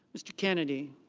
mr. kennedy.